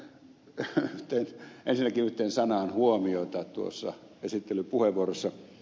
kiinnitän ensinnäkin yhteen sanaan huomiota tuossa esittelypuheenvuorossa